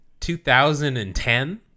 2010